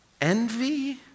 envy